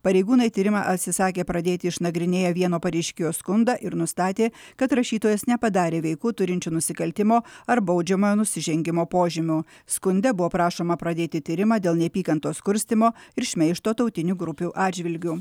pareigūnai tyrimą atsisakė pradėti išnagrinėję vieno pareiškėjo skundą ir nustatė kad rašytojas nepadarė veikų turinčių nusikaltimo ar baudžiamojo nusižengimo požymių skunde buvo prašoma pradėti tyrimą dėl neapykantos kurstymo ir šmeižto tautinių grupių atžvilgiu